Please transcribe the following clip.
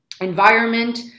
environment